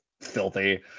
filthy